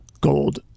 gold